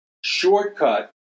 shortcut